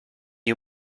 you